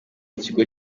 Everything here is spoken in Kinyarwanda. ikigo